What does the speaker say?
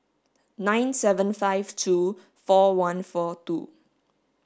nine seven five two four one four two